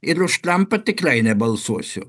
ir už trampą tikrai nebalsuosiu